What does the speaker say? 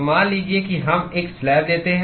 तो मान लीजिए कि हम एक स्लैब लेते हैं